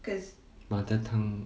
mother tongue